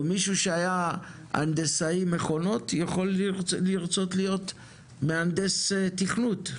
או מישהו שהיה הנדסאי מכונות יכול לרצות להיות מהנדס תכנות,